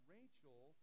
Rachel